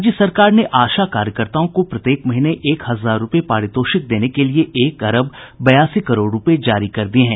राज्य सरकार ने आशा कार्यकर्ताओं को प्रत्येक महीने एक हजार रूपये पारितोषिक देने के लिये एक अरब बयासी करोड़ रूपये जारी कर दिये हैं